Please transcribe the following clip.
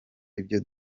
ibyo